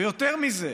ויותר מזה,